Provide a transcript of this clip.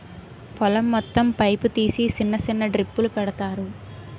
పొలం మొత్తం పైపు తీసి సిన్న సిన్న డ్రిప్పులు పెడతారు